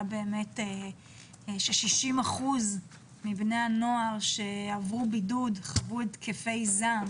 באמת ש-60 אחוזים מבני הנוער שעברו בידוד חוו התקפי זעם